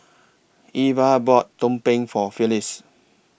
Iver bought Tumpeng For Phylis